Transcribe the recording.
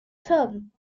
term